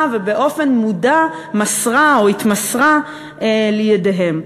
ובאופן מודע מסרה או התמסרה לידיהם.